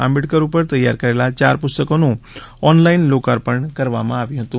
આંબેડકર ઉપર તૈયાર કરાયેલા ચાર પુસ્તકોનું ઓનલાઈન લોકાર્પણ કરવામાં આવ્યું હતું